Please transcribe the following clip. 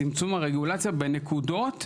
צמצום הרגולציה בנקודות שבהן,